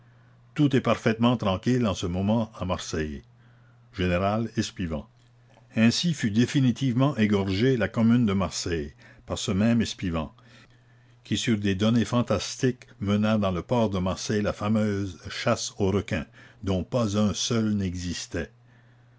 tout est parfaitement tranquille en ce moment à marseille général espivent ainsi fut définitivement égorgée la commune de marseille par ce même espivent qui sur des données fantastiques mena dans le port de marseille la fameuse chasse aux requins dont pas un seul n'existait